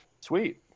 Sweet